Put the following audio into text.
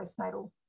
postnatal